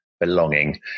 belonging